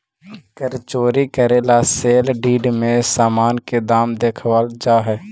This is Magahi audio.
कर चोरी करे ला सेल डीड में सामान के दाम कम देखावल जा हई